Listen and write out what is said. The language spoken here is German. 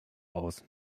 aus